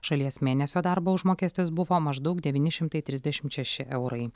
šalies mėnesio darbo užmokestis buvo maždaug devyni šimtai trisdešimt šeši eurai